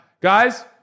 guys